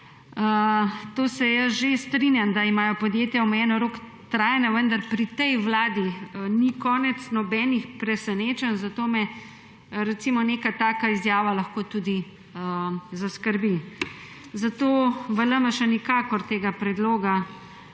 To se jaz že strinjam, da imajo podjetja omejen rok trajanja, vendar pri tej vladi ni konec nobenih presenečenj, zato me, recimo, neka taka izjava lahko tudi zaskrbi. Zato v LMŠ nikakor tega predloga